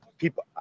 People